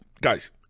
Guys